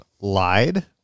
lied